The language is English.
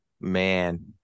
man